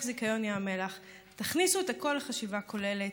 זיכיון לים המלח: תכניסו את הכול לחשיבה כוללת,